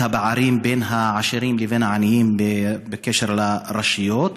הפערים בין העשירים לבין העניים בקשר לרשויות.